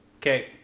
Okay